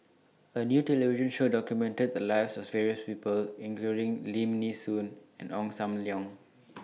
A New television Show documented The Lives of various People including Lim Nee Soon and Ong SAM Leong